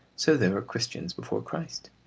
so there were christians before christ.